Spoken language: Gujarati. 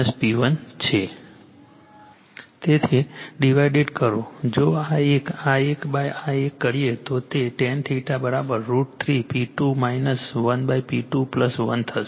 તેથી ડિવાઇડ કરો જો આ એક આ એક આ એક કરીએ તો તે tan √ 3 P2 1 P2 1 થશે